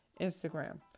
Instagram